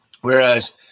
Whereas